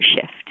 shift